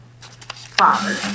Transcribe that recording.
father